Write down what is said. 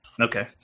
Okay